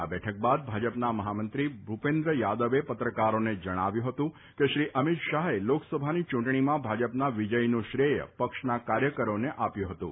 આ બેઠક બાદ ભાજપના મહામંત્રી ભૂપેન્દ્ર યાદવે પત્રકારોને જણાવ્યું હતું કે શ્રી અમિત શાહે લોકસભાની ચૂંટણીમાં ભાજપના વિજયનું શ્રેય પક્ષના કાર્યકરોને આપ્યુ હતું